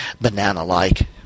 banana-like